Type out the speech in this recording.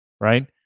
right